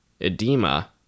edema